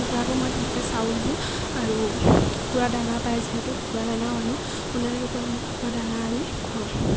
কুকুৰাকো মই তেনেকে চাউল দিওঁ আৰু কুকুৰা দানা পায় যিহেতু কুকুৰা দানাও আনো সোণালী কুকুৰাক মই কুকুৰা দানা আনি খুৱাওঁ